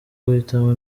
guhitamo